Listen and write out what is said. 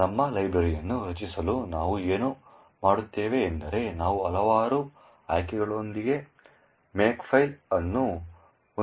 ನಮ್ಮ ಲೈಬ್ರರಿಯನ್ನು ರಚಿಸಲು ನಾವು ಏನು ಮಾಡುತ್ತೇವೆ ಎಂದರೆ ನಾವು ಹಲವಾರು ಆಯ್ಕೆಗಳೊಂದಿಗೆ ಮೇಕ್ಫೈಲ್ ಅನ್ನು ಹೊಂದಿದ್ದೇವೆ